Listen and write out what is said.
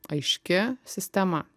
aiški sistema